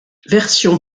version